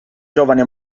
giovane